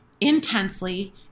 intensely